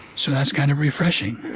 so that's kind of refreshing